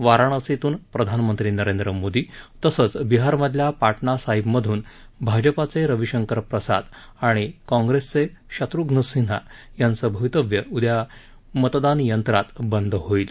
वाराणसीतून प्रधानमंत्री नरेंद्र मोदी तसंच बिहारमधल्या पाटणासाहिबमधून भाजपाचे रविशंकर प्रसाद आणि काँग्रेसचे शत्र्घ्न सिंन्हा यांचं भवितव्य उद्या मतदान यंत्रात बंद होईल